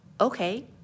Okay